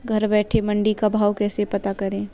घर बैठे मंडी का भाव कैसे पता करें?